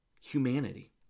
humanity